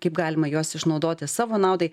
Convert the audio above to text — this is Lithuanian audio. kaip galima juos išnaudoti savo naudai